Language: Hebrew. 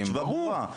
ברור.